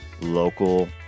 local